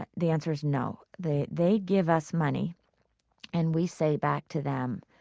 ah the answer is no. they they give us money and we say back to them,